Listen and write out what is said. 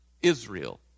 Israel